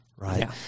Right